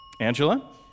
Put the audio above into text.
Angela